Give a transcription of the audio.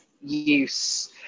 use